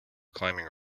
climbing